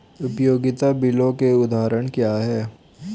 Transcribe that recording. उपयोगिता बिलों के उदाहरण क्या हैं?